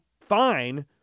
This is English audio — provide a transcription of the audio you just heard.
fine